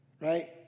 right